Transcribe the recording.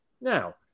Now